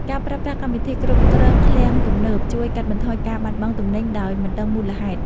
ការប្រើប្រាស់កម្មវិធីគ្រប់គ្រងឃ្លាំងទំនើបជួយកាត់បន្ថយការបាត់បង់ទំនិញដោយមិនដឹងមូលហេតុ។